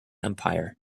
empire